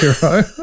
hero